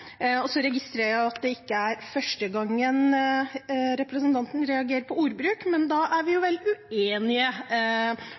Så registrerer jeg at det ikke er første gangen representanten reagerer på ordbruk, men da er vi